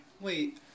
Wait